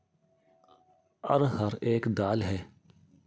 अरहर एक दाल है